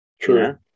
True